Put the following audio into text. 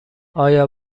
آیا